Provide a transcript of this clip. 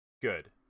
good